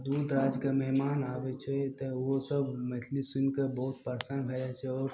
दूर दराजके मेहमान आबय छै तऽ उहो सभ मैथिली सुनिकऽ बहुत प्रसन्न भए जाइ छै आओर